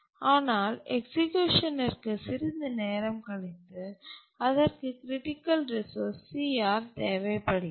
ஆனால் எக்சிக்யூஷனிற்கு சிறிது நேரம் கழித்து அதற்கு க்ரிட்டிக்கல் ரிசோர்ஸ் CR தேவைப்படுகிறது